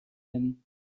him